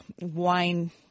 wine